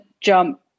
jump